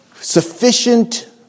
sufficient